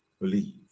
believe